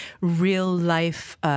real-life